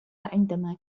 عندما